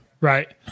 Right